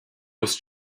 was